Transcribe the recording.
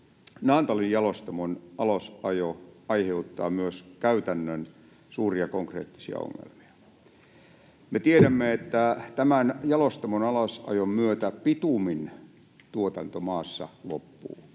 Naantalin jalostamon alasajo aiheuttaa myös käytännön suuria konkreettisia ongelmia. Me tiedämme, että tämän jalostamon alasajon myötä bitumin tuotanto maassa loppuu.